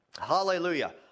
Hallelujah